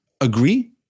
agree